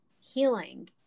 healing